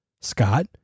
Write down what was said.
Scott